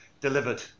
delivered